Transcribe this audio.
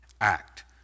act